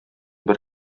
бер